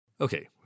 Okay